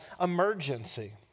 emergency